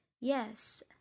Yes